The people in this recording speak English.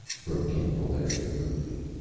broke in valeria rudely.